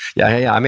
yeah,